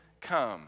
come